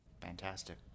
Fantastic